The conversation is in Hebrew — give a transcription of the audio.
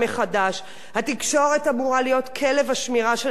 התקשורת אמורה להיות כלב השמירה של הדמוקרטיה,